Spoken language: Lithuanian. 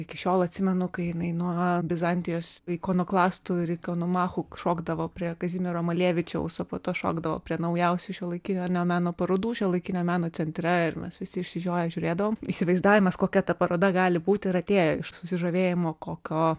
iki šiol atsimenu kai jinai nuo bizantijos ikonoklastų ir ikonomachų šokdavo prie kazimiero malevičiaus o po to šokdavo prie naujausių šiuolaikinio ar ne meno parodų šiuolaikinio meno centre ir mes visi išsižioję žiūrėdavom įsivaizdavimas kokia ta paroda gali būti ir atėjo iš susižavėjimo kokio